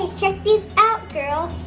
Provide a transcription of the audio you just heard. check these out girls!